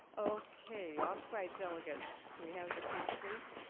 okay. off-site delegates, can we have the count, please?